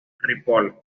ripoll